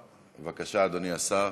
בבקשה, אדוני השר.